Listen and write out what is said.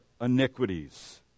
iniquities